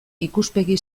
ikuspegi